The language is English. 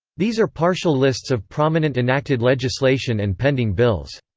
these are partial lists of prominent enacted legislation and pending bills.